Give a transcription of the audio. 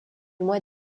mois